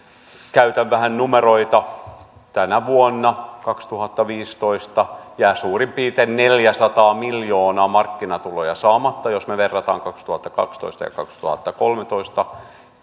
tuon vähän numeroita tänä vuonna kaksituhattaviisitoista jää suurin piirtein neljäsataa miljoonaa markkinatuloja saamatta jos me vertaamme vuosiin kaksituhattakaksitoista ja kaksituhattakolmetoista